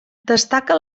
destaca